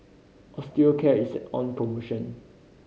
Osteocare is on promotion